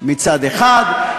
מצד אחד,